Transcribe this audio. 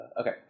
Okay